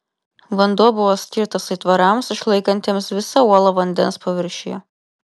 vanduo buvo skirtas aitvarams išlaikantiems visą uolą vandens paviršiuje